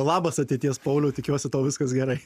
labas ateities poliau tikiuosi tau viskas gerai